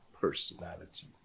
personality